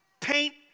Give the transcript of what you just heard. paint